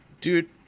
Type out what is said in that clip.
dude